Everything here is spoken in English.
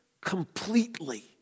completely